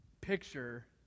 picture